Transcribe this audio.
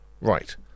Right